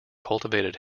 cultivated